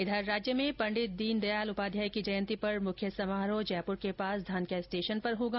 इधर राज्य में पंडित दीनदयाल उपाध्याय की जयंती पर मुख्य समारोह जयंपुर के पास धानक्या स्टेशन पर होगा